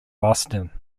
boston